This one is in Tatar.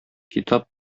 китап